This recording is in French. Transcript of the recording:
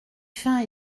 fin